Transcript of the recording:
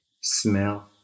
smell